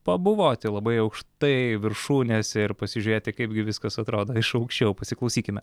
pabuvoti labai aukštai viršūnėse ir pasižiūrėti kaipgi viskas atrodo iš aukščiau pasiklausykime